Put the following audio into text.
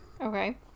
Okay